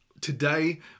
today